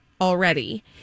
already